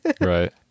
Right